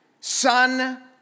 Son